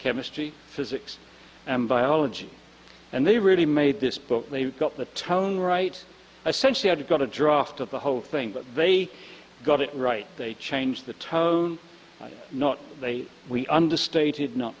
chemistry physics and biology and they really made this book they got the tone right essentially i got a draft of the whole thing but they got it right they changed the tone not they we understated not